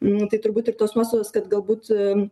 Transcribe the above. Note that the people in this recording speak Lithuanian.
nu tai turbūt ir tos nuostatos kad galbūt